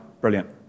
Brilliant